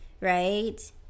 right